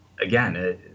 Again